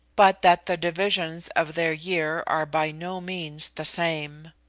but that the divisions of their year are by no means the same.